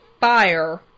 fire